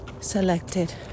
selected